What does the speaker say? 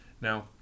Now